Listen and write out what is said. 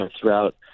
throughout